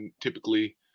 Typically